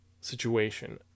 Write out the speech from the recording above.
situation